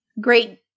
Great